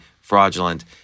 fraudulent